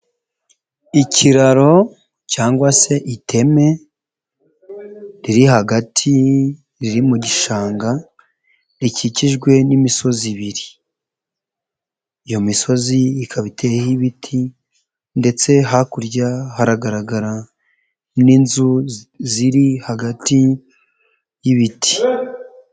Ikiraro cyangwa se iteme, riri hagati riri mu gishanga, rikikijwe n'imisozi ibiri, iyo misozi ikaba iteyeho ibiti ndetse hakurya haragaragara n'inzu ziri hagati y'ibiti.